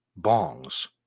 bongs